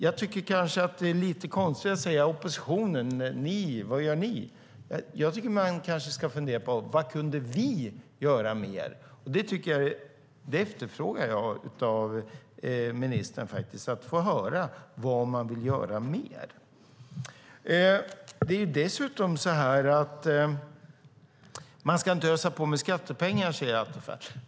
Jag tycker att det är lite konstigt att säga: Vad gör ni i oppositionen? Man kanske ska fundera på: Vad kunde vi göra mer? Jag efterfrågar besked av ministern om vad man vill göra mer. Man ska inte ösa på med skattepengar, säger Attefall.